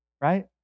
right